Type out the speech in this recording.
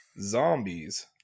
zombies